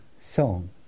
song